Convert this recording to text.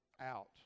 out